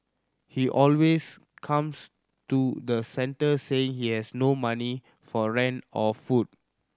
he always comes to the centre saying he has no money for rent or food